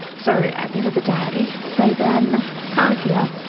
so at the end of the day they then can't appear,